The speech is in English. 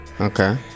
Okay